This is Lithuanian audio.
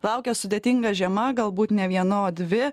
laukia sudėtinga žiema galbūt ne viena o dvi